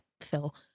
Phil